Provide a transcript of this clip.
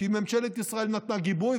כי ממשלת ישראל נתנה גיבוי.